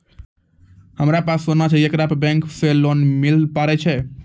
हमारा पास सोना छै येकरा पे बैंक से लोन मिले पारे छै?